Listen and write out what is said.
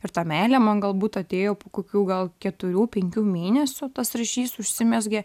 ir ta meilė man galbūt atėjo po kokių gal keturių penkių mėnesių tas ryšys užsimezgė